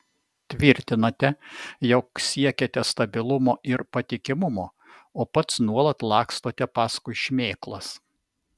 tvirtinate jog siekiate stabilumo ir patikimumo o pats nuolat lakstote paskui šmėklas